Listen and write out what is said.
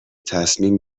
تصمیم